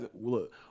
look